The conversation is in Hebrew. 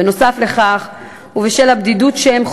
בנוסף לכך, ובשל הבדידות שהם חווים,